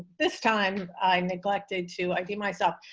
this time i neglected to i do myself.